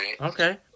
Okay